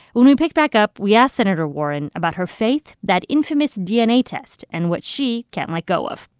when we picked back up, we ask senator warren about her faith, that infamous dna test and what she can't let go of.